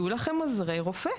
יהיו לכם עוזרי רופא.